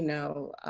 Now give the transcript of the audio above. you know,